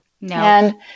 No